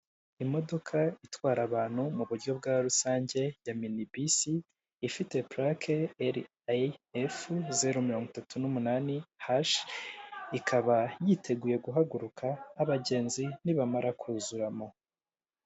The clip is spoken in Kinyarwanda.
Imodoka itwara abantu mu buryo bwa rusange ya minibisi ifite pulake eri eyi efuzeru mirongo itatu n'umunani hashi, ikaba yiteguye guhaguruka abagenzi nibamara kuzuramo.